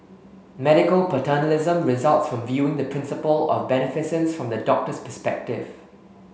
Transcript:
medical paternalism results from viewing the principle of beneficence from the doctor's perspective